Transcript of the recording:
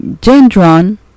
Gendron